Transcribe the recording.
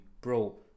bro